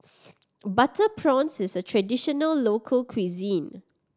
butter prawns is a traditional local cuisine